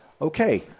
Okay